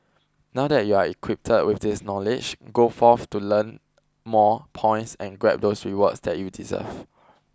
now that you're equipped with this knowledge go forth to learn more points and grab those rewards that you deserve